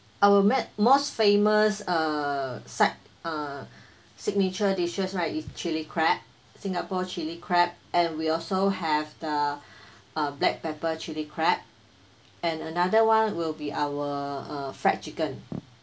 our met most famous uh side uh signature dishes right is chili crab singapore chilli crab and we also have the uh black pepper chilli crab and another one will be our uh fried chicken